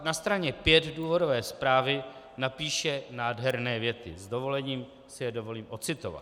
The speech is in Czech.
Na straně 5 důvodové zprávy napíše nádherné věty, s dovolením si je dovolím ocitovat: